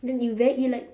then you very you like